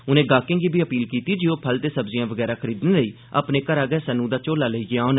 उनें गाहकें गी बी अपील कीती जे ओह् फल ते सब्जियां वगैरा खरीदने लेई अपने घरा गै सनू दा झोला लेइयै औन